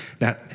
Now